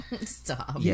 Stop